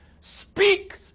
Speak